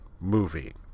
movie